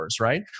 right